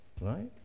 Right